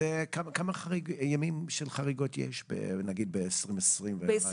כמה ימי חריגות יש ב-2020 ו-2021?